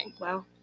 Wow